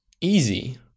easy